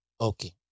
Okay